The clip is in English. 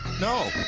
no